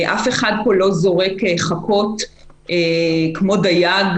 אף אחד פה לא זורק חכות כמו דייג,